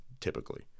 typically